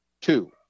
Two